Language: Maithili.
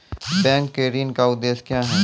बैंक के ऋण का उद्देश्य क्या हैं?